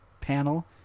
panel